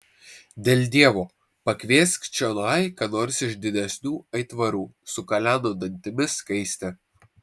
dėl dievo pakviesk čionai ką nors iš didesnių aitvarų sukaleno dantimis skaistė